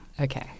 Okay